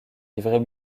livrets